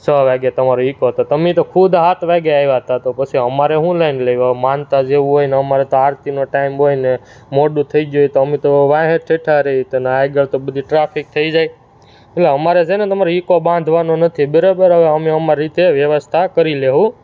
છ વાગે તમારો ઈકો હતો તમે તો ખુદ સાત વાગ્યે આવ્યા હતા તો પછી અમારે શું છે અમારે માનતા જેવું હોઈને અમાર તો આરતીનો ટાઈમ હોઈને મોડું થઈ જાય તો અમે તો વાંહે ટેથા રહીએ આગળ તો બધે ટ્રાફિક થઈ જાય ભાઈ અમારે સેને તમારી ઈકો બાંધવાનો નથી બરાબર હવે અમે અમાર રીતે વ્યવસ્થા કરી લઈશું